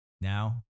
now